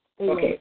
Okay